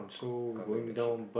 covering the sheep